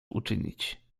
uczynić